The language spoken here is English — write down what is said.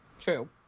True